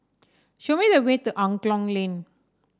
show me the way to Angklong Lane